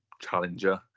challenger